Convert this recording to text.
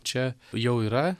čia jau yra